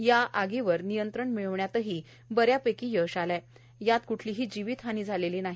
या आगीवर नियंत्रण मिळविण्यात बऱ्यापैकी यश आले असून यात कुठलीही जीवित हानी झाली नाही